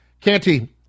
Canty